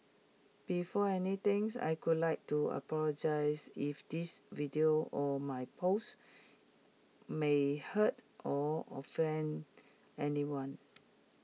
before anything's I could like to apologise if this video or my post may hurt or offend anyone